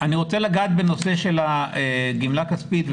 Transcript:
אני רוצה לגעת בנושא של גמלה כספית,